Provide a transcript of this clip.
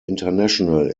international